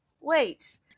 wait